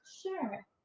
Sure